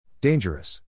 Dangerous